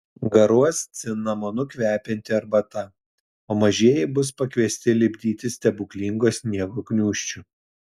garuos cinamonu kvepianti arbata o mažieji bus pakviesti lipdyti stebuklingo sniego gniūžčių